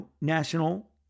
national